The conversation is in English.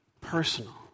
personal